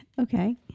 Okay